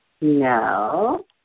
No